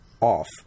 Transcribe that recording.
off